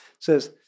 says